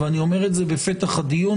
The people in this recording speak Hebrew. ואני אומר את זה בפתח הדיון,